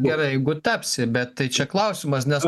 gerai jeigu tapsi bet tai čia klausimas nes